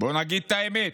בוא נגיד את האמת,